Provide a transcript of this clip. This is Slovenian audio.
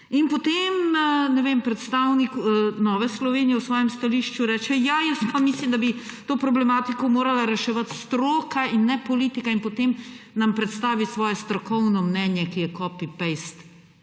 In potem, ne vem, predstavnik Nove Slovenije v svojem stališču reče, ja, jaz pa mislim, da bi to problematiko morala reševati stroka in ne politika in potem nam predstavi svoje strokovno mnenje, ki je copy-paste